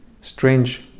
strange